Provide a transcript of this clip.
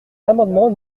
l’amendement